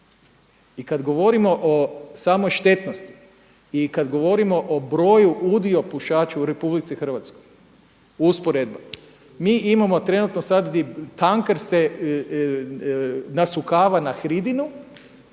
I kada govorimo o samoštetnosti i kada govorimo o broju udio pušača u RH usporedba mi imamo trenutno sad tanker se nasukava na hridinu,